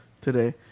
today